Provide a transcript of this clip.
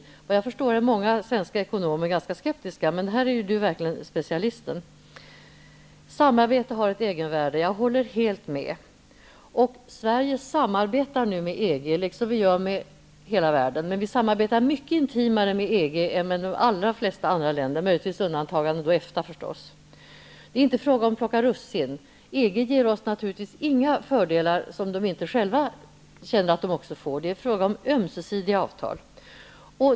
Såvitt jag förstår är många svenska ekonomer ganska skeptiska. Men här är Carl B. Hamilton verkligen specialist. Samarbete har ett egenvärde, sades det. Ja, jag håller helt med om det. Sverige samarbetar nu med EG liksom med hela världen. Men vi samarbetar mycket intimare med EG-länderna än vi gör med flertalet andra länder -- möjligtvis, förstås, med undantag av EFTA. Det är inte fråga om att plocka russin. EG ger oss naturligtvis inga fördelar som EG-länderna själva inte känner att de får. Det är fråga om ömsesidiga avtal.